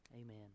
Amen